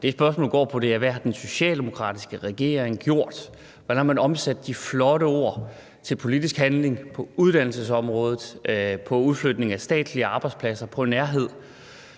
Det, spørgsmålet går på, er, hvad den socialdemokratiske regering har gjort. Hvordan har man omsat de flotte ord til politisk handling på uddannelsesområdet, på udflytning af statslige arbejdspladser, på nærhed?